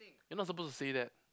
you're not supposed to say that